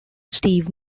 steve